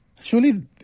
surely